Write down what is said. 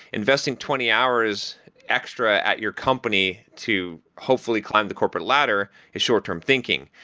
investing twenty hours extra at your company to hopefully climb the corporate ladder is short-term thinking.